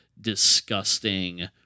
disgusting